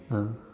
ya